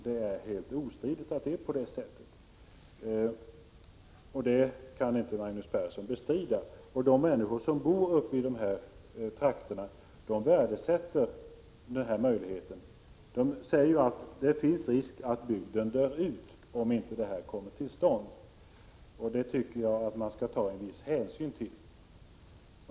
Det är helt ostridigt på det sättet. Det kan inte Magnus Persson bestrida. De människor som bor i de här trakterna värdesätter den här möjligheten. De säger att det finns risk för att bygden dör ut om inte detta kommer till stånd. Det tycker jag att man skall ta en viss hänsyn till.